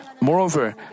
Moreover